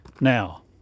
Now